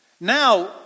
now